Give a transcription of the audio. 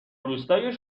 روستای